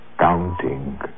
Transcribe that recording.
Counting